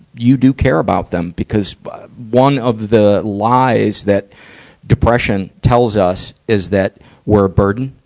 you do care about them, because one of the lies that depression tells us is that we're a burden,